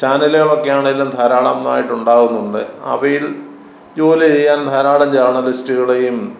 ചാനലുകളൊക്കെ ആണേലും ധാരാളമായിട്ടുണ്ടാകുന്നുണ്ട് അവയിൽ ജോലി ചെയ്യാൻ ധാരാളം ജേർണലിസ്റ്റുകളെയും